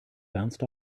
bounced